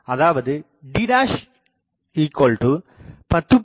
அதாவது D 10